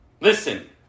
Listen